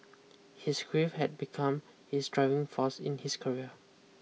his grief had become his driving force in his career